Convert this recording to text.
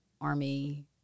Army